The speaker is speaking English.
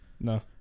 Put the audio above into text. No